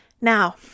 Now